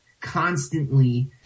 constantly